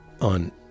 on